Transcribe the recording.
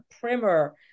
primer